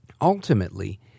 ultimately